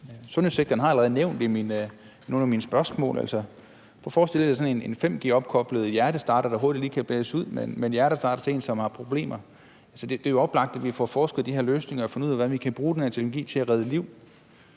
Sundhedssektoren har jeg allerede nævnt i nogle af mine korte bemærkninger. Prøv at forestille jer sådan en 5G-opkoblet hjertestarter, der hurtigt lige kan bæres ud til en, som har problemer. Det er jo oplagt, at vi får forsket i de her løsninger og fundet ud af, hvordan vi kan bruge den her teknologi til at redde liv.